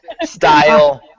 style